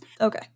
okay